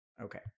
Okay